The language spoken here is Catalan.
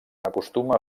acostuma